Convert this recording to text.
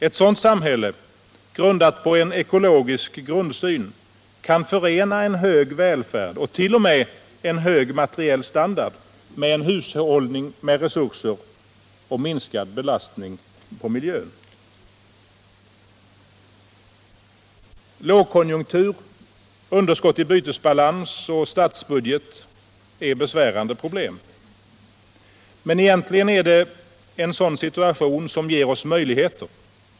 Ett sådant samhälle, byggt på en ekologisk grundsyn, kan förena en hög välfärd och t.o.m. en hög materiell standard med en hushållning med resurser och minskad belastning på miljön. Lågkonjunktur, underskott i bytesbalans och statsbudget är besvärande. Men egentligen är det en sådan situation som ger oss möjligheter.